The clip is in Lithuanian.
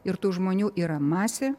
ir tų žmonių yra masė